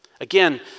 Again